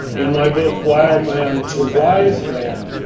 in my book wild man to wise man,